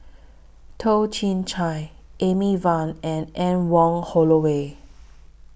Toh Chin Chye Amy Van and Anne Wong Holloway